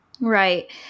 Right